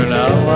now